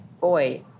boy